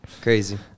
Crazy